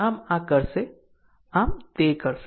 આમ આ કરશે આમ તે કરશે